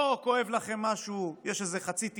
פה כואב לכם משהו, יש איזה חצי תיקון,